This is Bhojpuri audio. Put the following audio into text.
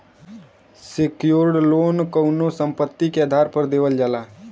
सेक्योर्ड लोन कउनो संपत्ति के आधार पर देवल जाला